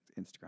Instagram